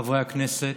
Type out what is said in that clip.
חברי הכנסת,